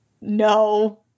No